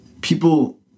people